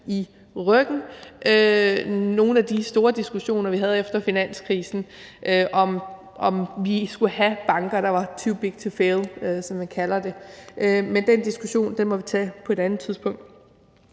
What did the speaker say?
i ryggen. Nogle af de store diskussioner, vi havde efter finanskrisen, handlede om, hvorvidt vi skulle have banker, der var too big to fail, som jeg kalder det. Men den diskussion må vi tage på et andet tidspunkt.